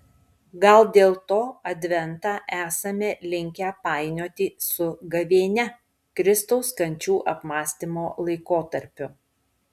gal dėl to adventą esame linkę painioti su gavėnia kristaus kančių apmąstymo laikotarpiu